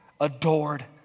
adored